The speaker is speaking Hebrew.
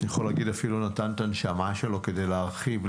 יכול להגיד אפילו נתן את הנשמה שלו כדי להרחיב,